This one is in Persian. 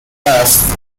است